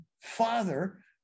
father